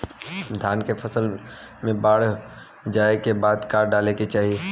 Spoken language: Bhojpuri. धान के फ़सल मे बाढ़ जाऐं के बाद का डाले के चाही?